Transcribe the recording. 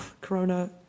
Corona